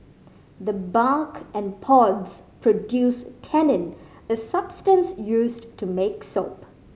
the bark and pods produce tannin a substance used to make soap